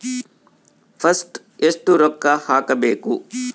First ಎಷ್ಟು ರೊಕ್ಕ ಹಾಕಬೇಕು?